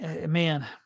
man